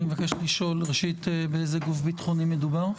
אני מבקש לשאול ראשית באיזה גוף ביטחוני מדובר?